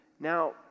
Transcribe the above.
Now